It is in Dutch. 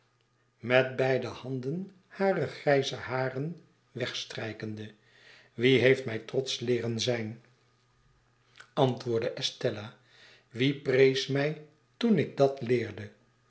met dezelfde beweging als te voren wie heeft mij gevoelloos leeren zijn antwoordde estella wie prees mij toen ik dat leerde